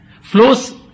flows